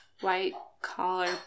white-collar